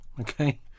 Okay